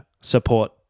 support